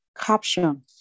Caption